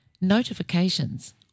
notifications